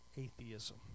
Atheism